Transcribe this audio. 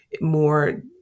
More